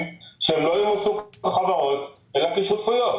שהם לא ימוסו כחברות אלא כשותפויות.